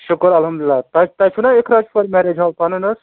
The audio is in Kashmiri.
شُکر الحمدُ لللہ تۄہہِ تۄہہ چھُو نا اِقرا اِقرا میریج حال پنُن حظ